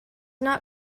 not